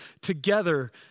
together